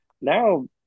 Now